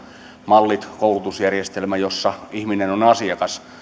mallit koulutusjärjestelmä jossa ihminen on asiakas